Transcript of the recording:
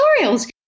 tutorials